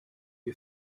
you